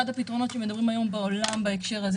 אחד הפתרונות שעליהם מדברים היום בעולם בהקשר הזה